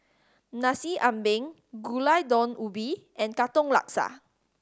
Nasi Ambeng Gulai Daun Ubi and Katong Laksa